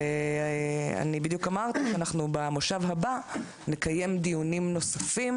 אני בדיוק אמרתי שאנחנו במושב הבא נקיים דיונים נוספים